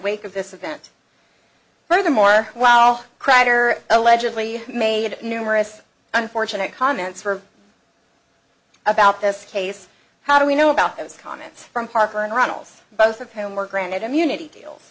wake of this event furthermore wow kreider allegedly made numerous unfortunate comments for about this case how do we know about those comments from parker and runnels both of whom were granted immunity deals